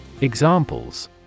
Examples